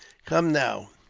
come, now,